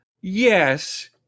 Yes